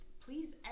please